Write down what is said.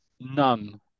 none